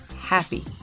happy